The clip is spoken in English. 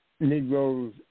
Negroes